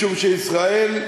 משום שישראל,